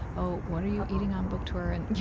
oh, what are you eating on book tour? and you